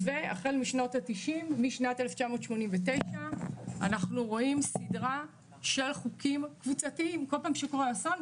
והחל משנת 1989 אנחנו רואים סדרה של חוקים סביב אסונות